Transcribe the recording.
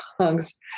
songs